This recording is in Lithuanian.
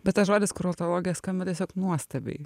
bet tas žodis kurortologija skamba tiesiog nuostabiai